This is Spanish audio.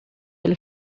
del